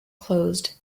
closed